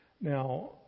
Now